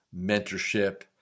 mentorship